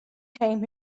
came